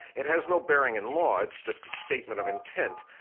it has no bearing in law, it's just a statement of intent,